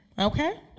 Okay